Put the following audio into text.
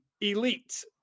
elite